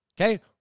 okay